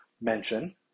mention